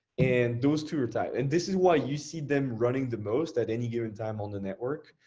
and those two are tight and this is why you see them running the most at any given time on the network,